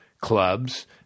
clubs